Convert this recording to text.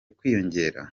kwiyongera